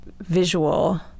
visual